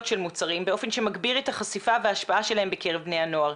של מוצרים באופן שמגביר את החשיפה וההשפעה שלהם בקרב בני הנוער.